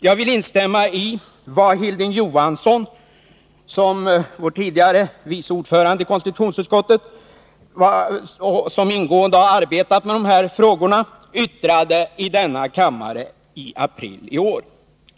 Jag vill instämma i vad Hilding Johansson — tidigare vice ordförande i konstitutionsutskottet — som ingående arbetat med dessa frågor, yttrade i denna kammare i april i år.